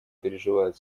переживает